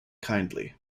kindly